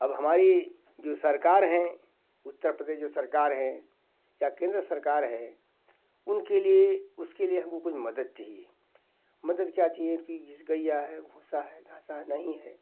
अब हमारी जो सरकार है उत्तर प्रदेश जो सरकार है या केंद्र सरकार है उनके लिए उसके लिए हम को कुछ मदद चाहिए मदद क्या चाहिए कि जैसे गैया है भूसा है धासा है नहीं है